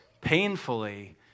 painfully